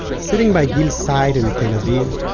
sitting by gil's side in tel aviv,